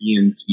ENT